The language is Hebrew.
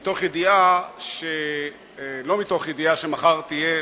לא מתוך ידיעה שמחר תהיה,